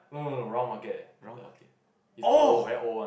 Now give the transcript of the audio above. round market oh